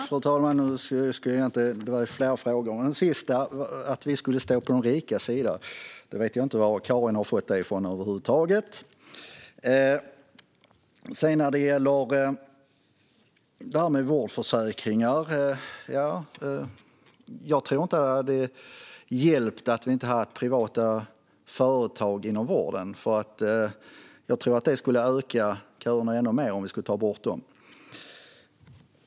Fru talman! Det var flera frågor. Men när det gäller den sista, att vi skulle stå på de rikas sida, vet jag inte varifrån Karin har fått det. När det gäller vårdförsäkringar tror jag inte att det hade hjälpt att inte ha privata företag inom vården. Jag tror att det skulle göra köerna ännu längre om vi skulle ta bort dem.